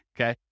okay